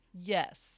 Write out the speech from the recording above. yes